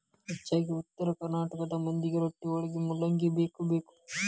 ಹೆಚ್ಚಾಗಿ ಉತ್ತರ ಕರ್ನಾಟಕ ಮಂದಿಗೆ ರೊಟ್ಟಿವಳಗ ಮೂಲಂಗಿ ಬೇಕಬೇಕ